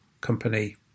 company